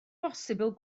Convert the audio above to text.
bosibl